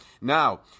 Now